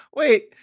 Wait